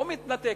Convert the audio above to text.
לא מתנתקת.